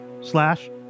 slash